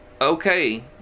okay